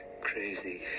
crazy